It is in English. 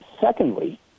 Secondly